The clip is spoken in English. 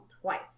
twice